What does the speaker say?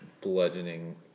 bludgeoning